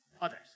others